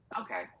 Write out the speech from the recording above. Okay